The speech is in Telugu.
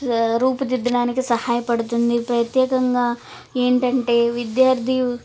రూపుదిద్దడానికి సహాయపడుతుంది ప్రత్యేకంగా ఏంటంటే విద్యార్థి